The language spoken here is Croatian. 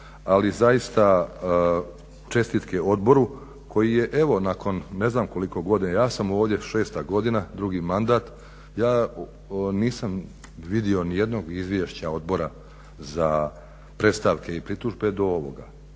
Ali zaista čestitke Odboru koji je evo nakon, ne znam koliko godina, ja sam ovdje šesta godina, drugi mandat. Ja nisam vidio ni jednog izvješća Odbora za predstavke i pritužbe do ovoga.